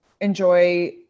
enjoy